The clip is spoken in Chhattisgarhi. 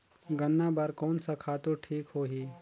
गन्ना बार कोन सा खातु ठीक होही?